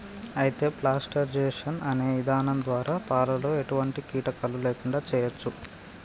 అయితే పాస్టరైజేషన్ అనే ఇధానం ద్వారా పాలలో ఎటువంటి కీటకాలు లేకుండా చేయచ్చు